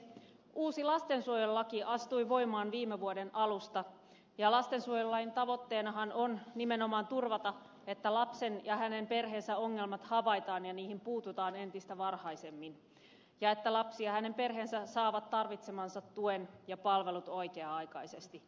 uusi lastensuojelulaki astui voimaan viime vuoden alusta ja lastensuojelulain tavoitteenahan on nimenomaan turvata että lapsen ja hänen perheensä ongelmat havaitaan ja niihin puututaan entistä varhaisemmin ja että lapsi ja hänen perheensä saavat tarvitsemansa tuen ja palvelut oikea aikaisesti